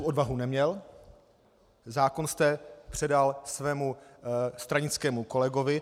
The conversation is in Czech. Vy jste tu odvahu neměl, zákon jste předal svému stranickému kolegovi.